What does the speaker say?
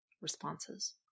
responses